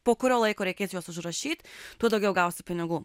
po kurio laiko reikės juos užrašyt tuo daugiau gausi pinigų